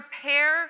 Prepare